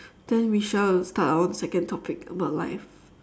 then we shall start our own second topic about life